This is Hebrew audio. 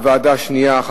בוועדה שנייה,